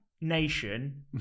nation